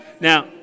now